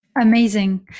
Amazing